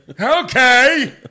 Okay